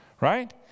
right